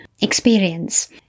experience